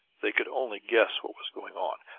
they could only guess what was going on.